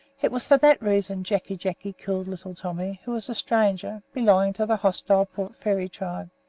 it was for that reason jacky jacky killed little tommy, who was a stranger, belonging to the hostile port fairy tribe.